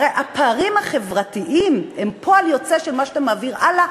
הרי הפערים החברתיים הם פועל יוצא של מה שאתה מעביר הלאה,